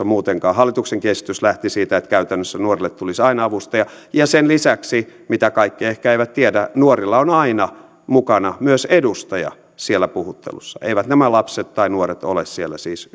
muutenkaan hallituksenkin esitys lähti siitä että käytännössä nuorille tulisi aina avustaja ja sen lisäksi mitä kaikki ehkä eivät tiedä nuorilla on aina mukana myös edustaja siellä puhuttelussa eivät nämä lapset tai nuoret ole siellä siis